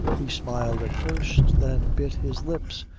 he smiled at first, then bit his lips,